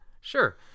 Sure